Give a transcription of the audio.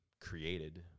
created